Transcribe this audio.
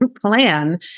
plan